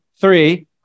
three